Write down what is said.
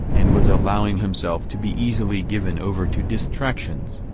and was allowing himself to be easily given over to distractions.